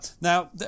now